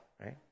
right